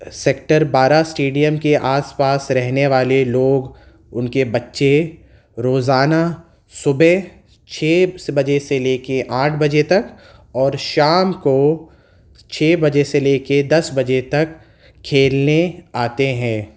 sector بارہ stadium کے آس پاس رہنے والے لوگ ان کے بچے روزانہ صبح چھ بجے سے لے کر آٹھ بجے تک اور شام کو چھ بجے سے لے کے دس بجے تک کھیلنے آتے ہیں